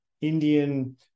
Indian